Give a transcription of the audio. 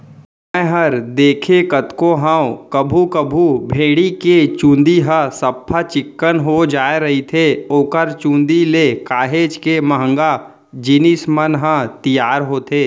मैंहर देखें तको हंव कभू कभू भेड़ी के चंूदी ह सफ्फा चिक्कन हो जाय रहिथे ओखर चुंदी ले काहेच के महंगा जिनिस मन ह तियार होथे